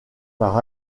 par